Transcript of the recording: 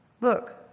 look